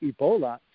Ebola